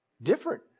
different